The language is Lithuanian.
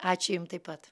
ačiū jum taip pat